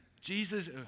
Jesus